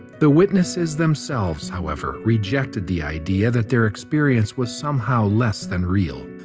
the witnesses themselves, however, rejected the idea that their experience was somehow less than real.